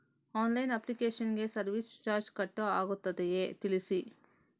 Online application ಗೆ service charge cut ಆಗುತ್ತದೆಯಾ ತಿಳಿಸಿ?